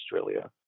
Australia